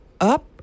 up